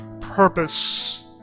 purpose